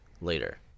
later